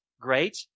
great